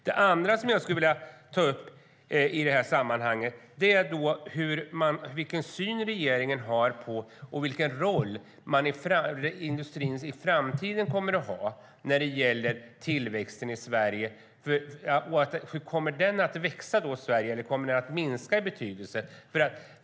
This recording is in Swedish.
Det andra som jag skulle vilja ta upp i det här sammanhanget är vilken syn regeringen har på industrins roll i framtiden när det gäller tillväxten i Sverige. Kommer den att växa eller minska i betydelse?